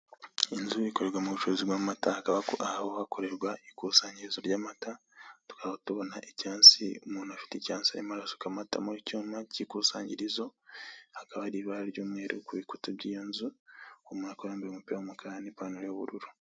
Inzu ikorerwamo ubucuruzi bw'amata hakaba hakorerwa ikusanyirizo ry'amata tukaba tubona hari icyansi umuntu ufite icyansi arimo arasuka amata mu cyuma k'ikusanyirizo hakaba hari ibara ry'umweru ku bikuta by'iyo nzu uwo muntu akaba yambaye umupira w'umukara n'ipantaro y'ubururu.